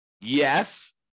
Yes